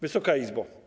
Wysoka Izbo!